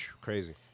crazy